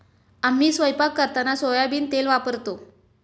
आम्ही स्वयंपाक करताना सोयाबीन तेल वापरतो